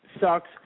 sucks